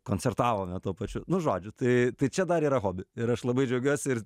koncertavome tuo pačiu nu žodžiu tai tai čia dar yra hobi ir aš labai džiaugiuosi ir